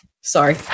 Sorry